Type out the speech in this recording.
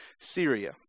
Syria